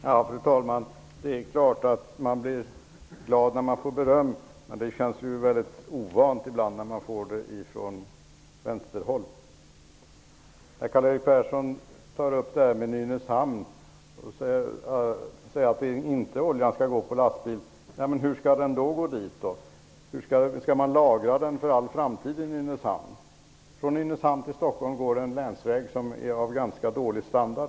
Fru talman! Det är klart att man blir glad när man får beröm, men det känns mycket ovant att få beröm från Vänsterpartiet. Karl-Erik Persson tar upp frågan om Nynäshamn och säger att oljan inte skall transporteras med lastbil. Men hur skall den då transporteras? Skall man lagra oljan för all framtid i Nynäshamn? Mellan Nynäshamn och Stockholm går en länsväg av ganska dålig standard.